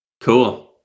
Cool